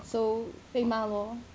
so 被骂 lor